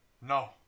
no